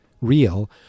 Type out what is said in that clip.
real